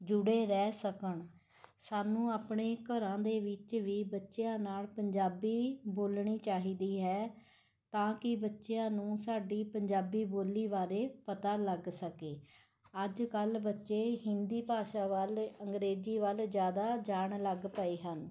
ਜੁੜੇ ਰਹਿ ਸਕਣ ਸਾਨੂੰ ਆਪਣੇ ਘਰਾਂ ਦੇ ਵਿੱਚ ਵੀ ਬੱਚਿਆਂ ਨਾਲ਼ ਪੰਜਾਬੀ ਬੋਲਣੀ ਚਾਹੀਦੀ ਹੈ ਤਾਂ ਕਿ ਬੱਚਿਆਂ ਨੂੰ ਸਾਡੀ ਪੰਜਾਬੀ ਬੋਲੀ ਬਾਰੇ ਪਤਾ ਲੱਗ ਸਕੇ ਅੱਜ ਕੱਲ੍ਹ ਬੱਚੇ ਹਿੰਦੀ ਭਾਸ਼ਾ ਵੱਲ ਅੰਗਰੇਜ਼ੀ ਵੱਲ ਜ਼ਿਆਦਾ ਜਾਣ ਲੱਗ ਪਏ ਹਨ